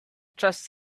trust